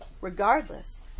regardless